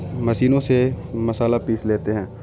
مشینوں سے مصحالہ پیس لیتے ہیں